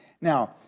Now